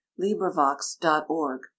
LibriVox.org